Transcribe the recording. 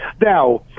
Now